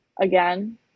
again